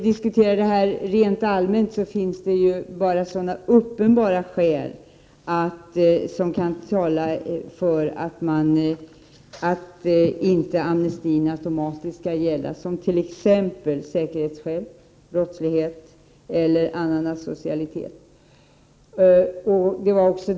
Herr talman! Rent allmänt finns det uppenbara skäl som kan tala för att amnestin inte automatiskt skall gälla. Sådana är t.ex. säkerhetsskäl, brottslighet eller annan asocialitet.